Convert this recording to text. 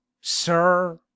sir